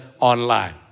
online